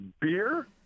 beer